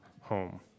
home